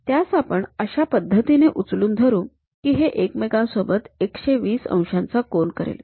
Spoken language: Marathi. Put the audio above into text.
त्यास आपण अशा पद्धतीने उचलून धरू की हे एकमेकांसोबत १२० अंशांचा कोन करेल